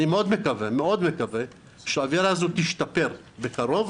אני מקווה מאוד שהאווירה הזו תשתפר בקרוב